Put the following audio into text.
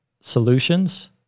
solutions